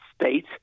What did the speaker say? state